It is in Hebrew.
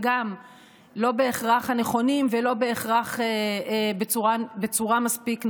וגם לא בהכרח הנכונים ולא בהכרח בצורה מספיק נכונה,